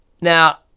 Now